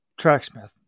Tracksmith